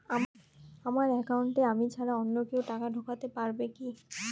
আমার একাউন্টে আমি ছাড়া অন্য কেউ টাকা ঢোকাতে পারবে কি?